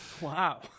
wow